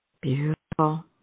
Beautiful